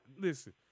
listen